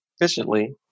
efficiently